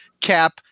Cap